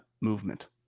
movement